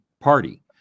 party